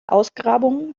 ausgrabungen